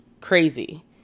crazy